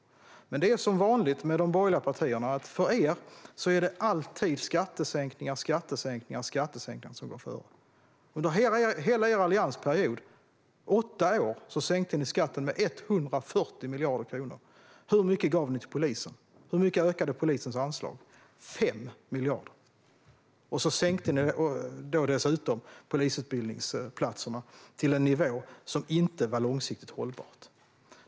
Men det är som vanligt med de borgerliga partierna: För er är det alltid skattesänkningar, skattesänkningar och skattesänkningar som gör före. Under hela Alliansens regeringsperiod på åtta år sänkte ni skatten med 140 miljarder kronor. Hur mycket gav ni till polisen? Hur mycket ökade polisens anslag? Det var med 5 miljarder. Dessutom minskade ni antalet polisutbildningsplatser till en nivå som inte var långsiktigt hållbar.